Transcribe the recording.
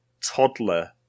toddler